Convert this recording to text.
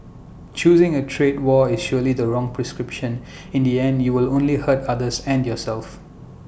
choosing A trade war is surely the wrong prescription in the end you will only hurt others and yourself